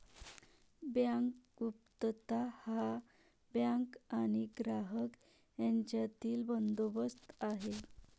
bank गुप्तता हा bank आणि ग्राहक यांच्यातील बंदोबस्त आहे